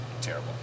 terrible